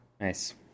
nice